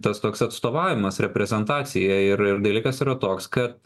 tas toks atstovavimas reprezentacija ir ir dalykas yra toks kad